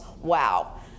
wow